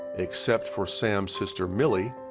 except for sam's sister, millie,